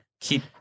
keep